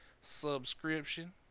subscription